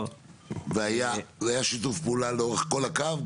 --- זה היה שיתוף פעולה לאורך כל הקו?